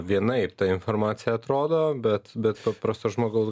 vienaip ta informacija atrodo bet bet paprasto žmogaus